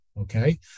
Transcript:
Okay